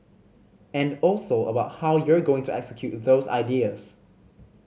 and also about how you're going to execute those ideas